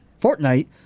Fortnite